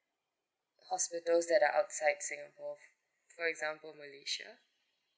hospital that's are outside singapore for example malaysia